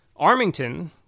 Armington